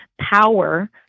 power